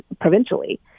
provincially